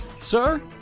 Sir